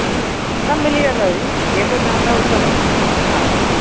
जी जी सभु मिली वेंदव जी जेको चवंदव हू सभु हा हा